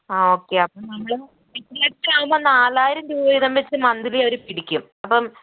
ആ ഓക്കേ അപ്പം നമ്മൾ എട്ട് ലക്ഷം ആവുമ്പം നാലായിരം രൂപ വീതം വെച്ച് മന്ത്ലി അവർ പിടിക്കും അപ്പം